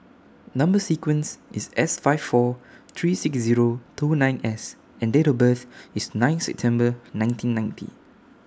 Number sequence IS S five four three six Zero two nine S and Date of birth IS nine September nineteen ninety